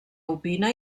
ovina